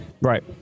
Right